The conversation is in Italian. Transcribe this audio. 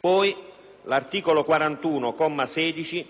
poi l'articolo 41, comma 16,